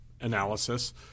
analysis